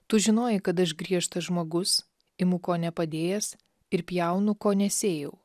tu žinojai kad aš griežtas žmogus imu ko nepadėjęs ir pjaunu ko nesėjau